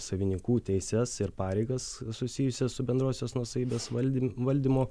savininkų teises ir pareigas susijusias su bendrosios nuosavybės valdym valdymo